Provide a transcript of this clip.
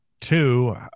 Two